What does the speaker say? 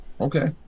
okay